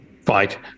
fight